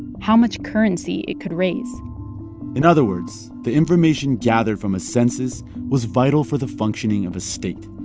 how much currency it could raise in other words, the information gathered from a census was vital for the functioning of a state.